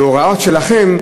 בהוראה שלכם,